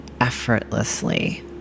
effortlessly